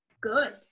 Good